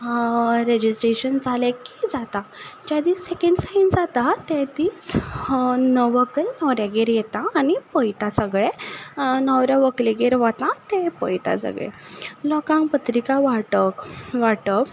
अशें सगलें हांगा रजिस्ट्रेशन जालें की जाता ज्या दीस सेकँड सायन जाता त्या दीस व्हंकल न्हवऱ्यागेर येता आनी पयता सगलें न्हवऱ्या व्हंकलेगेर वता तें पयता सगलें लोकांक पत्रिका वांटक वांटप